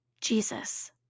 Jesus